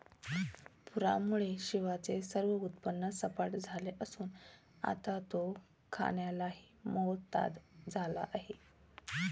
पूरामुळे शिवाचे सर्व उत्पन्न सपाट झाले असून आता तो खाण्यालाही मोताद झाला आहे